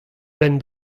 benn